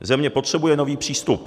Země potřebuje nový přístup.